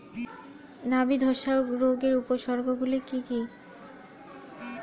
নাবি ধসা রোগের উপসর্গগুলি কি কি?